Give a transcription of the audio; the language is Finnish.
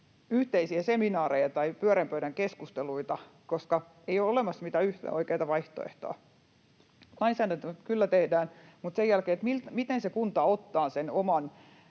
yhteisiä seminaareja tai pyöreän pöydän keskusteluita, koska ei ole olemassa mitään yhtä oikeata vaihtoehtoa. Lainsäädäntöä kyllä tehdään, mutta sen jälkeen, miten se kunta ottaa oman